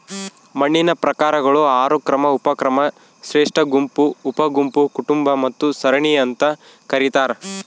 ಮಣ್ಣಿನ ಪ್ರಕಾರಗಳು ಆರು ಕ್ರಮ ಉಪಕ್ರಮ ಶ್ರೇಷ್ಠಗುಂಪು ಉಪಗುಂಪು ಕುಟುಂಬ ಮತ್ತು ಸರಣಿ ಅಂತ ಕರೀತಾರ